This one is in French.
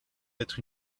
être